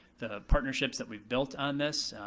the partnerships that we've built on this,